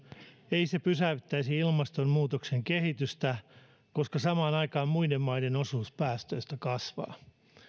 ei se pysäyttäisi ilmastonmuutoksen kehitystä koska samaan aikaan muiden maiden osuus päästöistä kasvaa